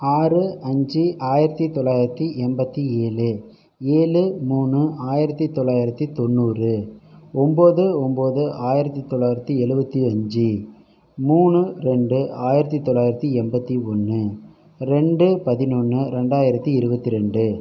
ஆறு அஞ்சு ஆயிரத்தி தொள்ளாயரத்தி எண்பத்தி ஏழு ஏழு மூணு ஆயிரத்தி தொள்ளாயிரத்தி தொண்ணூறு ஒன்போது ஒன்போது ஆயிரத்தி தொள்ளாயிரத்தி எழுபத்தி அஞ்சு மூணு ரெண்டு ஆயிரத்தி தொள்ளாயிரத்தி எண்பத்தி ஒன்று ரெண்டு பதினொன்று ரெண்டாயிரத்தி இருபத்தி ரெண்டு